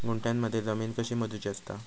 गुंठयामध्ये जमीन कशी मोजूची असता?